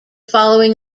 following